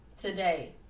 today